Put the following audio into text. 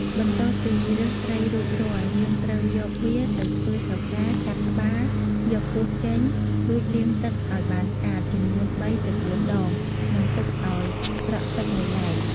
បន្ទាប់ពីរើសត្រីរួចរាល់ យើងត្រូវយកវាទៅធ្វើស្រកា កាត់ក្បាល យកពោះចេញ រួចលាងទឹកឱ្យបានស្អាតចំនួន ៣ទៅ៤ដង និងទុកឱ្យស្រក់ទឹកមួយឡែក។